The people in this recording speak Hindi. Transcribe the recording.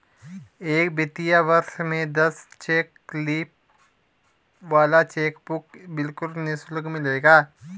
एक वित्तीय वर्ष में दस चेक लीफ वाला चेकबुक बिल्कुल निशुल्क मिलेगा